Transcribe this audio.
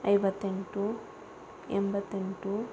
ಐವತ್ತೆಂಟು ಎಂಬತ್ತೆಂಟು